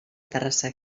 terrassa